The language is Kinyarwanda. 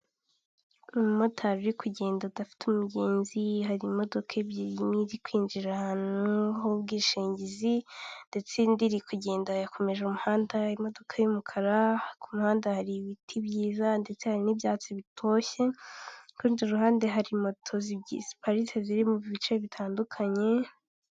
Umumotari uri kugenda adafite umugenzizi hari imodoka ebyiri imwe iri kwinjira ahantu h'ubwishingizi ndetse indi iri kugenda yakomeje umuhanda imodoka y'umukara k'umuhanda hari ibiti byiza ndetse hari n'ibyatsi bitoshye kuru rundi ruhande hari moto ziparita ziri mu bice bitandukanye.